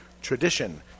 tradition